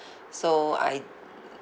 so I